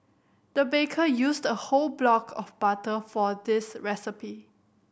the baker used a whole block of butter for this recipe